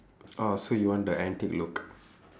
orh so you want the antique look